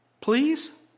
please